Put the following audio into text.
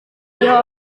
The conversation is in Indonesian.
dia